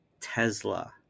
Tesla